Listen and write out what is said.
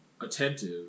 attentive